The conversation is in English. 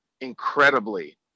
incredibly